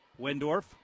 Wendorf